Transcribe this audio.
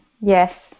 yes